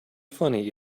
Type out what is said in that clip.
funny